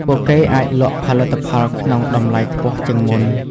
ពួកគេអាចលក់ផលិតផលក្នុងតម្លៃខ្ពស់ជាងមុន។